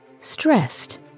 stressed